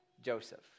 Joseph